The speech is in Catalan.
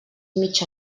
mitja